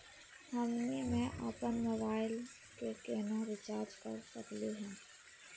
हमनी के अपन मोबाइल के केना रिचार्ज कर सकली हे?